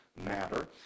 matter